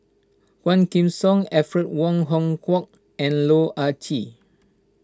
Quah Kim Song Alfred Wong Hong Kwok and Loh Ah Chee